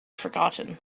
forgotten